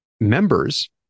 members